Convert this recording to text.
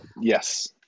Yes